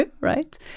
right